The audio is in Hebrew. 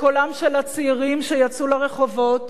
לקולם של הצעירים שיצאו לרחובות,